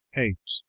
eight.